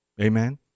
Amen